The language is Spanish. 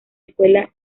escuela